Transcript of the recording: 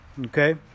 okay